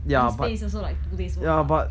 and his pay is also like two days worth only